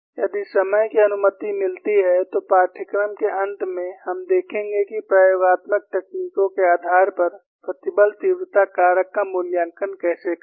यदि समय की अनुमति मिलती है तो पाठ्यक्रम के अंत में हम देखेंगे कि प्रयोगात्मक तकनीकों के आधार पर प्रतिबल तीव्रता कारक का मूल्यांकन कैसे करें